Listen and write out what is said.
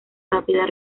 rápida